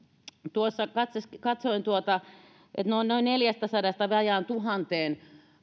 tuossa katsoin tuota että omaishoitajan palkkiot ovat noin neljästäsadasta vajaaseen tuhanteen